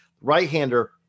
Right-hander